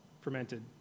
fermented